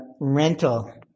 rental